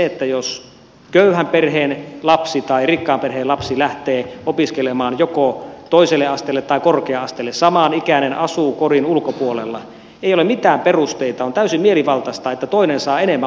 minusta jos köyhän perheen lapsi tai rikkaan perheen lapsi lähtee opiskelemaan joko toiselle asteelle tai korkea asteelle samanikäinen asuu kodin ulkopuolella ei ole mitään perusteita on täysin mielivaltaista että toinen saa enemmän opintotukea kuin toinen